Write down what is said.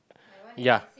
ya